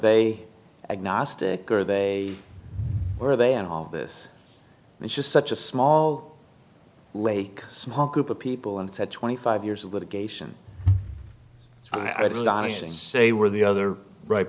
are they are they in all of this and it's just such a small lake small group of people and said twenty five years of litigation i didn't say were the other right